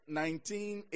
nineteen